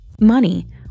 Money